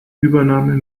übernahme